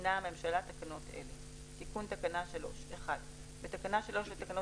מתקינה הממשלה תקנות אלה: תיקון תקנה 3. בתקנה 3 לתקנות